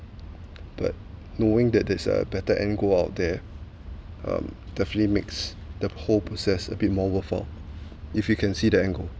but knowing that there's a better end go out there um definitely makes the whole process a bit more worthwhile if you can see that angle